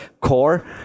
core